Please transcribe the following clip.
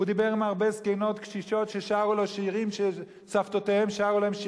הוא דיבר עם הרבה זקנות קשישות ששרו לו שירים שסבתותיהן שרו להן,